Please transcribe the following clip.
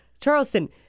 Charleston